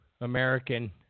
American